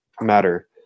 matter